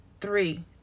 three